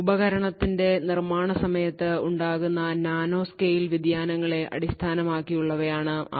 ഉപകരണത്തിന്റെ നിർമ്മാണ സമയത്ത് ഉണ്ടാകുന്ന നാനോ സ്കെയിൽ വ്യതിയാനങ്ങളെ അടിസ്ഥാനമാക്കിയുള്ളവയാണ് അവ